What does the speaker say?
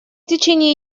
течение